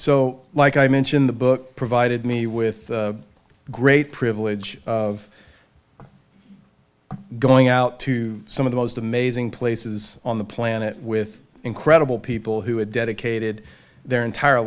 so like i mentioned the book provided me with a great privilege of going out to some of the most amazing places on the planet with incredible people who had dedicated their entire